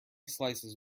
slices